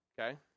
Okay